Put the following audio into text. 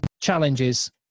challenges